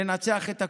לנצח את הקורונה.